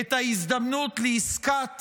את ההזדמנות לעסקת